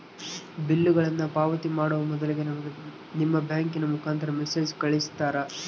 ಬಿಲ್ಲುಗಳನ್ನ ಪಾವತಿ ಮಾಡುವ ಮೊದಲಿಗೆ ನಮಗೆ ನಿಮ್ಮ ಬ್ಯಾಂಕಿನ ಮುಖಾಂತರ ಮೆಸೇಜ್ ಕಳಿಸ್ತಿರಾ?